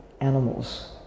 animals